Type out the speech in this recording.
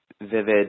vivid